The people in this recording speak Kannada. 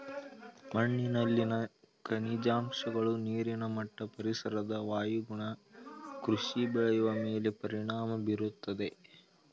ಮಣ್ಣಿನಲ್ಲಿನ ಖನಿಜಾಂಶಗಳು, ನೀರಿನ ಮಟ್ಟ, ಪರಿಸರದ ವಾಯುಗುಣ ಕೃಷಿ ಬೆಳೆಯ ಮೇಲೆ ಪರಿಣಾಮ ಬೀರುತ್ತದೆ